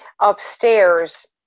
upstairs